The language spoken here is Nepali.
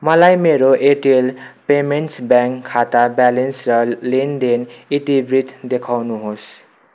मलाई मेरो एयरटेल पेमेन्टस ब्याङ्क खाता ब्यालेन्स र लेनदेन इतिवृत्त देखाउनु होस्